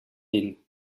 yin